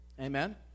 amen